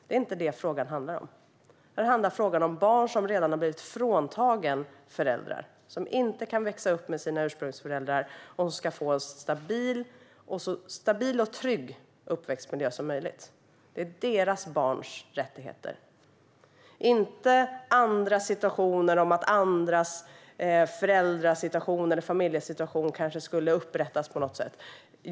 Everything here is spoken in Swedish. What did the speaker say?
Det är inte vad frågan handlar om. Det handlar om att barn som redan har blivit fråntagna föräldrar och som inte kan växa upp med sina ursprungsföräldrar ska få en så stabil och trygg uppväxtmiljö som möjligt. Det handlar om dessa barns rättigheter och inte om att andras föräldrasituation eller familjesituation kanske skulle upprättas på något sätt.